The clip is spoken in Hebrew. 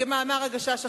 כמאמר "הגשש החיוור".